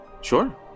sure